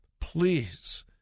please